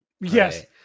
yes